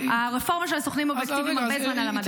הרפורמה של הסוכנים האובייקטיביים הרבה זמן על המדף.